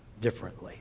differently